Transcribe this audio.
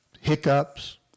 Hiccups